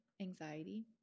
Anxiety